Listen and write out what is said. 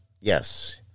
Yes